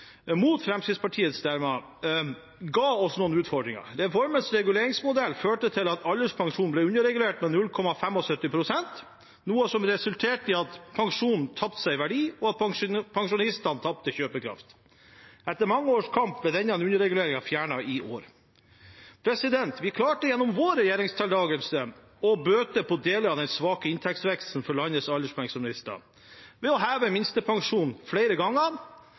mot Fremskrittspartiets stemmer, ga oss noen utfordringer. Reformens reguleringsmodell førte til at alderspensjonen ble underregulert med 0,75 pst., noe som resulterte i at pensjonen tapte seg i verdi, og at pensjonistene tapte kjøpekraft. Etter mange års kamp ble denne underreguleringen fjernet i år. Vi klarte gjennom vår regjeringsdeltakelse å bøte på deler av den svake inntektsveksten for landets alderspensjonister ved å heve minstepensjonen flere ganger,